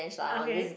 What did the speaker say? okay